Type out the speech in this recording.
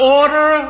order